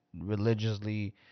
religiously